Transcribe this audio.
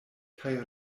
kaj